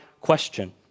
question